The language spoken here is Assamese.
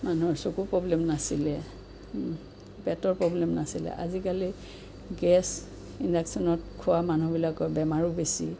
মানুহৰ চকুৰ প্ৰব্লেম নাছিলে পেটৰ প্ৰব্লেম নাছিলে আজিকালি গেছ ইনডাকশ্যনত খোৱা মানুহবিলাকৰ বেমাৰো বেছি